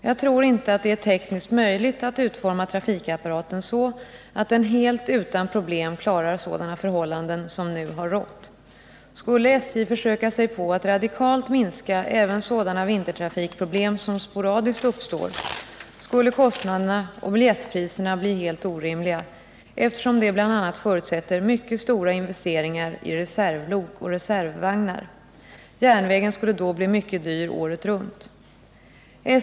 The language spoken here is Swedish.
Jag tror inte att det är tekniskt möjligt att utforma trafikapparaten så att den helt utan problem klarar sådana förhållanden som nu har rått. Skulle SJ försöka sig på att radikalt minska även sådana vintertrafikproblem som sporadiskt uppstår skulle kostnaderna och biljettpriserna bli helt orimliga, eftersom det bl.a. förutsätter mycket stora investeringar i reservlok och reservvagnar. Järnvägen skulle då bli mycket dyr året runt.